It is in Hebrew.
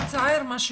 מצער מה שקורה,